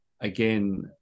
again